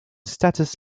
status